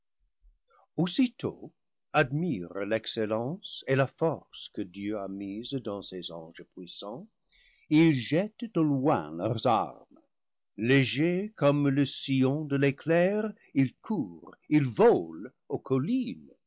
aussitôt admire l'excellence et la force que dieu a mises dans ses anges puissants ils jettent au loin leurs armes lé gers comme le sillon de l'éclair ils courent ils volent aux collines